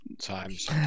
times